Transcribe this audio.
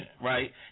right